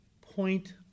point